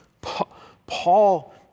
Paul